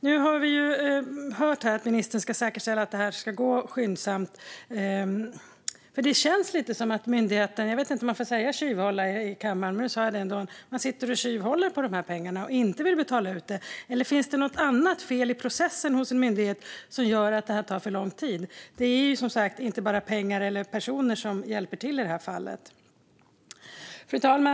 Nu har vi hört att ministern ska säkerställa att det här ska gå skyndsamt. Det känns lite som om myndigheten sitter och tjuvhåller på de här pengarna, om man nu får säga så i kammaren, och inte vill betala ut dem. Eller finns det något annat fel i processen hos en myndighet som gör att det här tar för lång tid? Det är som sagt inte bara pengar eller personer som hjälper till i det här fallet. Fru talman!